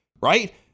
Right